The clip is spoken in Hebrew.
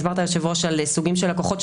הסברת יושב הראש על סוגים של לקוחות,